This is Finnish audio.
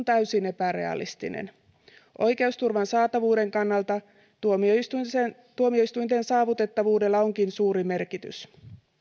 täysin epärealistinen oikeusturvan saatavuuden kannalta tuomioistuinten tuomioistuinten saavutettavuudella onkin suuri merkitys